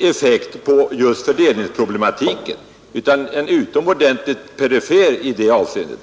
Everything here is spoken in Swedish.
effekt på just fördelningsproblematiken, utan det är utomordentligt perifert i det avseendet.